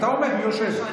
אתה עומד, הוא יושב.